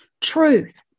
truth